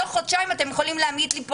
תוך חודשיים אתם יכולים להעמיד פה